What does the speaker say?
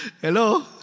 Hello